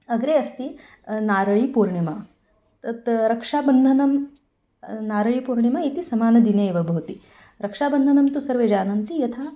अग्रे अस्ति नारळीपूर्णिमा तत् रक्षाबन्धनं नारळीपूर्णिमा इति समानदिने एव भवति रक्षाबन्धनं तु सर्वे जानन्ति यथा